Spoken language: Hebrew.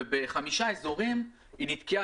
ובחמישה אזורים היא נתקעה,